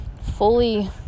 fully